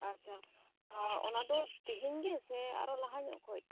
ᱟᱪ ᱪᱷᱟ ᱟᱨ ᱚᱱᱟ ᱫᱚ ᱛᱤᱦᱮᱧ ᱜᱮ ᱥᱮ ᱟᱨᱚ ᱞᱟᱦᱟ ᱧᱚᱜ ᱠᱷᱚᱡ